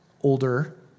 older